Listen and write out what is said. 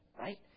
right